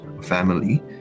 family